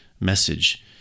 message